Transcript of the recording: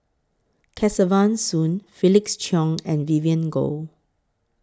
Kesavan Soon Felix Cheong and Vivien Goh